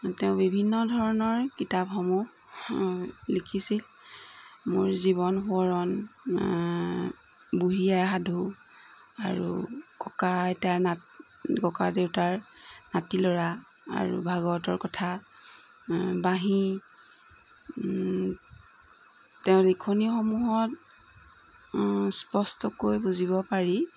তেওঁ বিভিন্ন ধৰণৰ কিতাপসমূহ লিখিছিল মোৰ জীৱন সোৱৰণ বুঢ়ী আই সাধু আৰু ককা আইতাৰ না ককা দেউতাৰ নাতি ল'ৰা আৰু ভাগৱতৰ কথা বাঁহী তেওঁ লিখনীসমূহত স্পষ্টকৈ বুজিব পাৰি